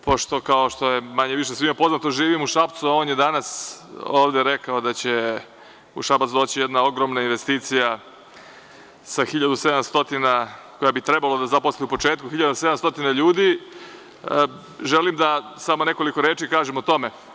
Pošto, kao što je manje-više svima poznato, živim u Šapcu, a on je danas ovde rekao da će u Šabac doći jedna ogromna investicija, koja bi trebalo da zaposli u početku 1700 ljudi, želim da samo nekoliko reči kažem o tome.